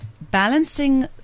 balancing